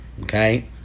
Okay